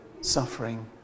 suffering